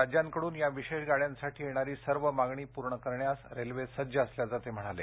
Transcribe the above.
राज्यांकडुन या विशेष गाड़यांसाठी येणारी सर्व मागणी पूर्ण करण्यास रेल्वे सज्ज असल्याचं ते म्हणाले